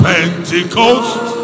Pentecost